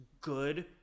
good